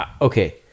Okay